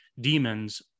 demons